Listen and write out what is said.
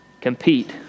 compete